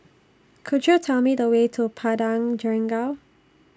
Could YOU Tell Me The Way to Padang Jeringau